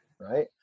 right